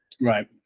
Right